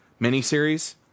miniseries